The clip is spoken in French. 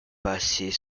passer